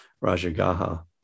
Rajagaha